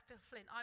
flint